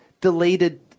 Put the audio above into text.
deleted